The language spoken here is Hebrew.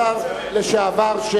השר לשעבר.